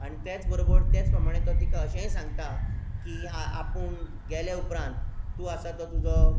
आनी तेंच बरोबर तेंच प्रमाणे तो तिका अशेंय सांगता की आपूण गेल्या उपरांत तूं आसा तो तुजो